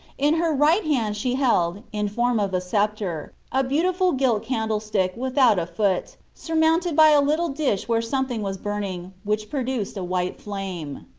in her right hand she held, in form of a sceptre a beautiful gilt candlestick, without a foot, surmounted by a little dish where something was burning, which produced a white flame.